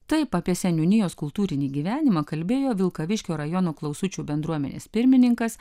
taip apie seniūnijos kultūrinį gyvenimą kalbėjo vilkaviškio rajono klausučių bendruomenės pirmininkas